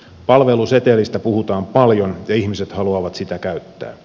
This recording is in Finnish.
palvelusetelistä puhutaan paljon ja ihmiset haluavat sitä käyttää